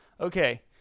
Okay